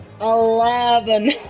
Eleven